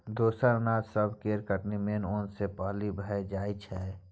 दोसर अनाज सब केर कटनी मेन ओन सँ पहिले भए जाइ छै